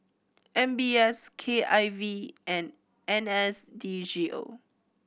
M B S K I V and N S D G O